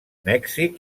mèxic